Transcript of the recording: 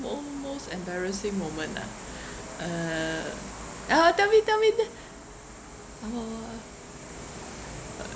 most embarrassing moment ah uh oh tell me tell me that uh what what what uh